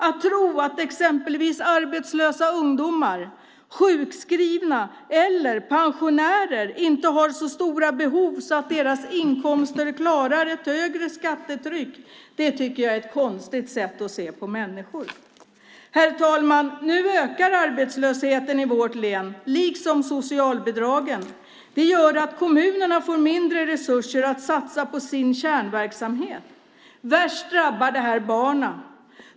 Att tro att exempelvis arbetslösa ungdomar, sjukskrivna eller pensionärer inte har så stora behov och att deras inkomster klarar ett högre skattetryck tycker jag är ett konstigt sätt att se på människor. Herr talman! Nu ökar arbetslösheten i vårt län, liksom socialbidragen. Det gör att kommunerna får mindre resurser att satsa på sin kärnverksamhet. Värst drabbade är barnen.